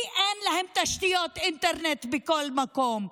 כי אין להן תשתיות אינטרנט בכל מקום,